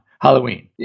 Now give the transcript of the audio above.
Halloween